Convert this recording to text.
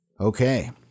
Okay